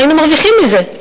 היינו מרוויחים מזה.